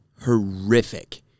horrific